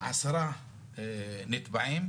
עשרה נתבעים,